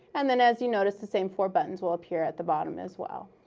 and then, as you noticed, the same four buttons will appear at the bottom as well.